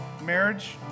Marriage